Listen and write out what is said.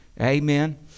amen